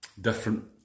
Different